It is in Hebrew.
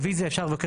מי נמנע?